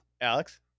Alex